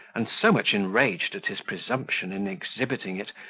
and so much enraged at his presumption in exhibiting it,